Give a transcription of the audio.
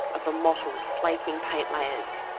of the mottled flaking paint layers,